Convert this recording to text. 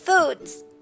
foods